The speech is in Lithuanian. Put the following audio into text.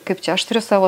kaip čia aš turiu savo